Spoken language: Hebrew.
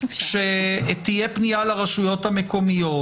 שתהיה פנייה לרשויות המקומיות,